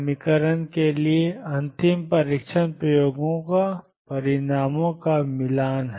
समीकरण के लिए अंतिम परीक्षण प्रयोगों के परिणामों का मिलान है